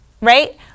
right